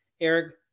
Eric